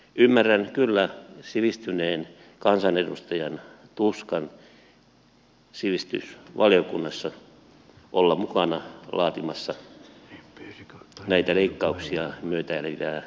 ymmärrän kyllä sivistyneen kansanedustajan tuskan sivistysvaliokunnassa olla mukana laatimassa näitä leikkauksia myötäilevää mietintöä